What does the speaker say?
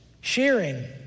sharing